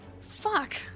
Fuck